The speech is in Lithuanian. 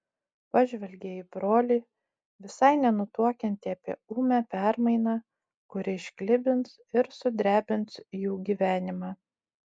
pažvelgė į brolį visai nenutuokiantį apie ūmią permainą kuri išklibins ir sudrebins jų gyvenimą